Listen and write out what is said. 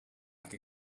could